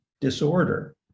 disorder